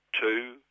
two